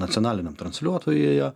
nacionaliniam transliuotojuje